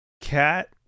cat